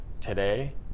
today